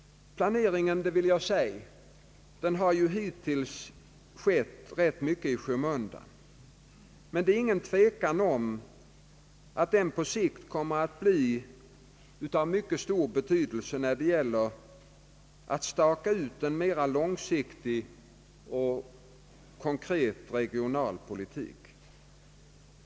Jag vill säga att planeringen hittills skett rätt mycket i skymundan. Men det råder ingen tvekan om att den på sikt kommer att bli av mycket stor betydelse när det gäller att staka ut en mera långsiktig och konkret regionalpolitik.